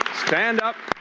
stand up.